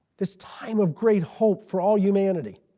this time of great hope for all humanity.